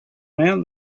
man